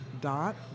dot